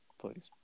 Please